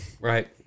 Right